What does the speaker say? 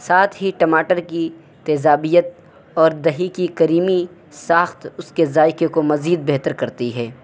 ساتھ ہی ٹماٹر کی تیزابیت اور دہی کی کریمی ساخت اس کے ذائقے کو مزید بہتر کرتی ہے